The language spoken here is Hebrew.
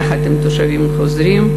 יחד עם תושבים חוזרים,